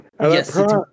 Yes